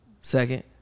second